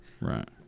right